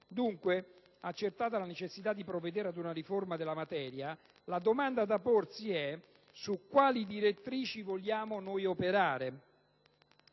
Dunque, accertata la necessità di provvedere ad una riforma della materia, bisogna domandarsi su quali direttrici si vuole operare.